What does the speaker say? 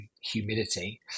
humidity